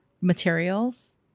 materials